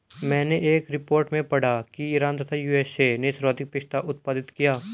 मैनें एक रिपोर्ट में पढ़ा की ईरान तथा यू.एस.ए ने सर्वाधिक पिस्ता उत्पादित किया